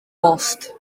bost